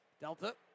Delta